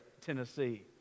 Tennessee